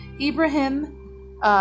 Ibrahim